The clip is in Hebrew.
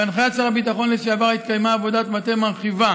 בהנחיית שר הביטחון לשעבר התקיימה עבודת מטה מרחיבה